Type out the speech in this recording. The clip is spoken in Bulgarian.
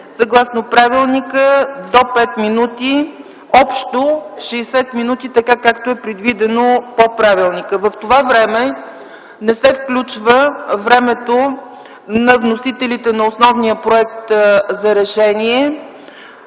съгласно правилника – до 5 мин., общо 60 мин., както е предвидено по правилника. В това време не се включва времето на вносителите на основния проект за решение.